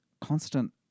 constant